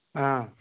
ꯑꯥ